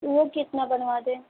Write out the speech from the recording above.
वह कितना बनवा दें